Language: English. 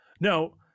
No